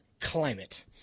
climate